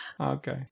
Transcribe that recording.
Okay